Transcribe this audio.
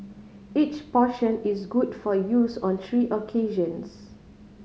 each portion is good for use on three occasions